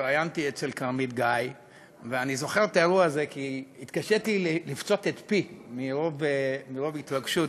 אני זוכר את האירוע הזה כי התקשיתי לפצות את פי מרוב התרגשות: